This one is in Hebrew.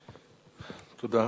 תודה.